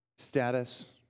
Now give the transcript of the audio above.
status